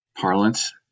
parlance